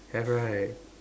have right